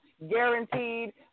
Guaranteed